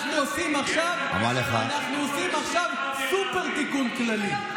אנחנו עושים עכשיו סופר-תיקון כללי.